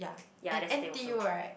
ya that's the thing also